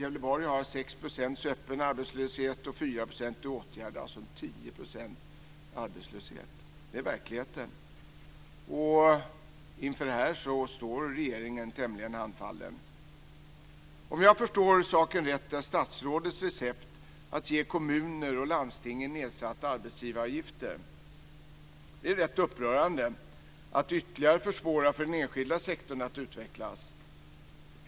Gävleborg har 6 % öppen arbetslöshet och 4 % i åtgärder, alltså en arbetslöshet på 10 %. Inför detta står regeringen tämligen handfallen. Det är rätt upprörande att ytterligare försvåra för den enskilda sektorn att utvecklas.